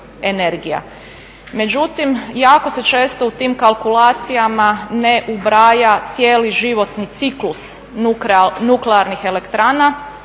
međutim jako se teško u tim kalkulacijama ne ubraja cijeli životni ciklus nuklearnih elektrana